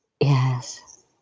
Yes